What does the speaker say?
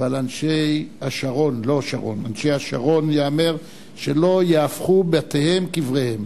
ועל אנשי השרון ייאמר שלא יהפכו בתיהם קבריהם.